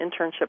internship